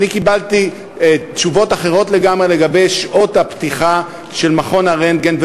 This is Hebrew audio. אני קיבלתי תשובות אחרות לגמרי לגבי שעות הפתיחה של מכון הרנטגן.